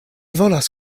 volas